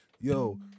Yo